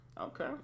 Okay